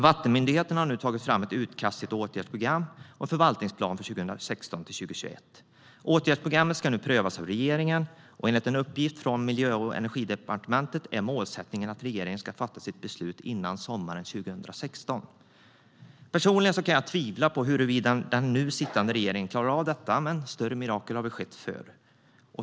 Vattenmyndigheterna har nu tagit fram ett utkast till åtgärdsprogram och förvaltningsplan för 2016-2021. Åtgärdsprogrammen ska nu prövas av regeringen. Enligt en uppgift från Miljö och energidepartementet är målsättningen att regeringen ska fatta sitt beslut före sommaren 2016. Personligen kan jag tvivla på huruvida den nu sittande regeringen klarar av detta, men större mirakel har väl skett förr.